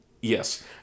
Yes